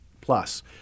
plus